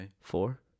Four